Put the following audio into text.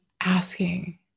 asking